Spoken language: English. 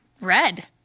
red